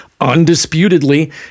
undisputedly